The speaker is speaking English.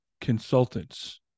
consultants